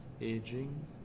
aging